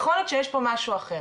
יכול להיות פה משהו אחר.